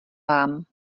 vám